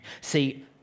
See